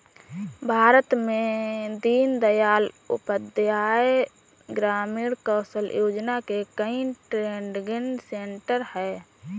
भारत में दीन दयाल उपाध्याय ग्रामीण कौशल योजना के कई ट्रेनिंग सेन्टर है